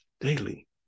Daily